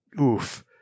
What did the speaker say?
oof